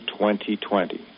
2020